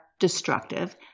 Destructive